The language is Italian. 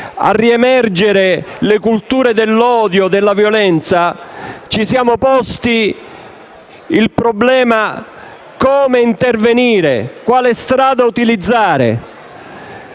anni e mesi, delle culture dell'odio e della violenza ci siamo posti il problema di come intervenire e quale strada utilizzare.